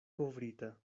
kovrita